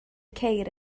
ceir